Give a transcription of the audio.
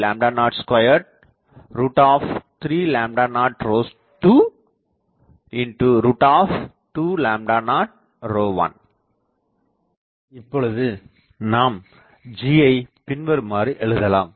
G 202302 201 இப்பொழுது நாம் G ஐ பின்வருமாறு எழுதலாம்